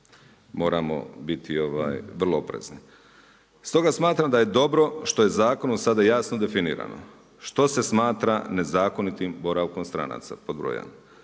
moramo biti vrlo oprezni. Stoga smatram da je dobro što je zakonom sada jasno definirano što se smatra nezakonitim boravkom stranaca, pod broj